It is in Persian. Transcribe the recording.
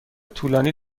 طولانی